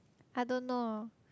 I don't know